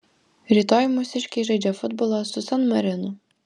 rytoj mūsiškiai žaidžia futbolą su san marinu